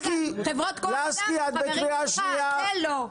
חברות כוח אדם הם חברים שלך, זה לא.